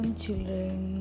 Children